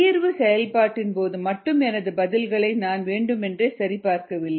தீர்வு செயல்பாட்டின் போது மட்டும் எனது பதில்களை நான் வேண்டுமென்றே சரிபார்க்கவில்லை